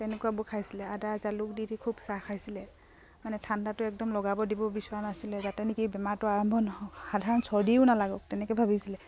তেনেকুৱাবোৰ খাইছিলে আদা জালুক দি দি খুব চাহ খাইছিলে মানে ঠাণ্ডাটো একদম লগাব দিব বিচৰা নাছিলে যাতে নেকি বেমাৰটো আৰম্ভ নহওক সাধাৰণ চৰ্দিও নালাগক তেনেকৈ ভাবিছিলে